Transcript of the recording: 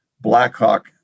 blackhawk